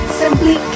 simply